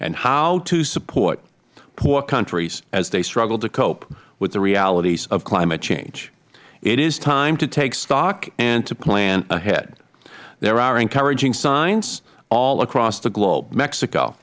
and how to support poor countries as they struggle to cope with the realities of climate change it is time to take stock and to plan ahead there are encouraging signs all across the globe mexico